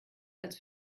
als